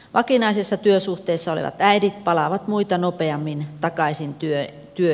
vakinaisessa työsuhteessa olevat äidit palaavat muita nopeammin takaisin työelämään